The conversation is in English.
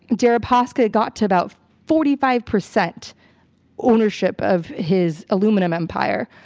deripaska got to about forty five percent ownership of his aluminum empire.